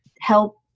help